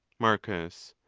marcus.